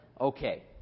Okay